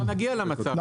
כן,